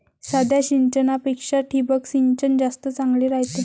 साध्या सिंचनापेक्षा ठिबक सिंचन जास्त चांगले रायते